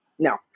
No